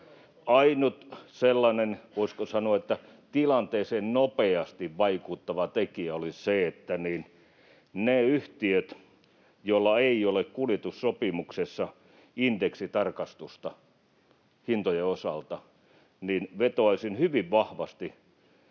Ainut sellainen, voisiko sanoa, tilanteeseen nopeasti vaikuttava tekijä olisi se, että ne yhtiöt, joilla ei ole kuljetussopimuksessa indeksitarkistusta hintojen osalta — vetoaisin hyvin vahvasti